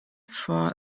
for